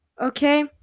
Okay